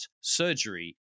surgery